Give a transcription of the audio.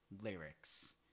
lyrics